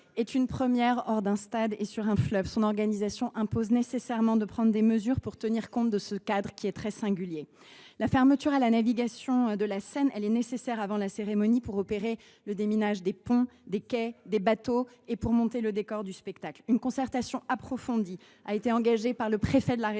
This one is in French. n’a été organisée hors d’un stade ni sur un fleuve. Son organisation impose de prendre des mesures pour tenir compte de ce cadre très singulier. La fermeture à la navigation de la Seine est nécessaire, avant la cérémonie, pour effectuer le déminage des ponts, des quais et des bateaux, ainsi que pour monter le décor du spectacle. Une concertation approfondie a été engagée par le préfet de la région